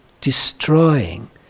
destroying